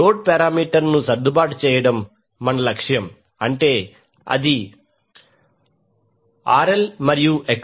load parameter ను సర్దుబాటు చేయడం మన లక్ష్యం అంటే అది RL మరియు XL